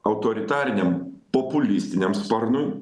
autoritariniam populistiniam sparnui